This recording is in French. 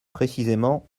précisément